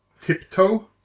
tiptoe